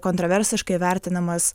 kontroversiškai vertinamas